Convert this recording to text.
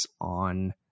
on